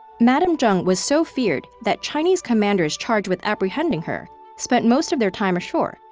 madame zheng was so feared that chinese commanders charged with apprehending her spent most of their time ashore,